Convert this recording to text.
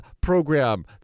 program